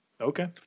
Okay